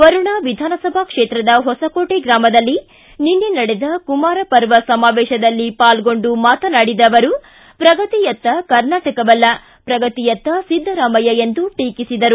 ವರುಣ ವಿಧಾನಸಭಾ ಕ್ಷೇತ್ರದ ಹೊಸಕೋಟೆ ಗ್ರಾಮದಲ್ಲಿ ನಿನ್ನೆ ನಡೆದ ಕುಮಾರ ಪರ್ವ ಸಮಾವೇಶದಲ್ಲಿ ಪಾಲ್ಗೊಂಡು ಮಾತನಾಡಿದ ಅವರು ಪ್ರಗತಿಯತ್ತ ಕರ್ನಾಟಕವಲ್ಲ ಪ್ರಗತಿಯತ್ತ ಸಿದ್ದರಾಮಯ್ಯ ಎಂದು ಟೀಕಿಸಿದರು